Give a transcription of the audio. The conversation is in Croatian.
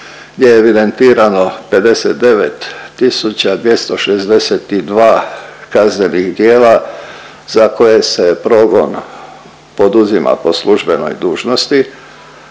gdje je evidentirano 59.262 kaznenih djela za koje se je progon poduzimao po službenoj dužnosti,